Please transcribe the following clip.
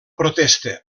protesta